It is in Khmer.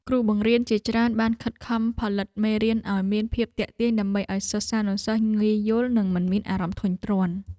គ្រូបង្រៀនជាច្រើនបានខិតខំផលិតមេរៀនឱ្យមានភាពទាក់ទាញដើម្បីឱ្យសិស្សានុសិស្សងាយយល់ និងមិនមានអារម្មណ៍ធុញទ្រាន់។